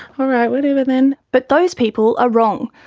all right, whatever then. but those people are wrong.